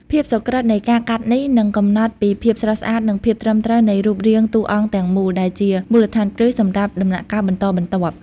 ភាពសុក្រិត្យនៃការកាត់នេះ នឹងកំណត់ពីភាពស្រស់ស្អាត និងភាពត្រឹមត្រូវនៃរូបរាងតួអង្គទាំងមូល ដែលជាមូលដ្ឋានគ្រឹះសម្រាប់ដំណាក់កាលបន្តបន្ទាប់។